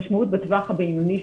המשמעות בטווח הבינוני,